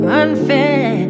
unfair